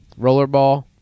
Rollerball